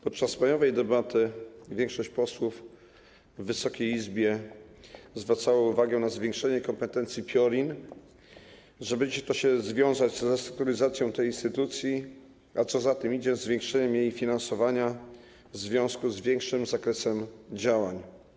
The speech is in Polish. Podczas majowej debaty większość posłów w Wysokiej Izbie zwracała uwagę na zwiększenie kompetencji PIORiN, mówiąc, że będzie to się wiązać z restrukturyzacją tej instytucji, a co za tym idzie, zwiększeniem jej finansowania w związku z większym zakresem działań.